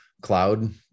cloud